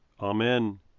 Amen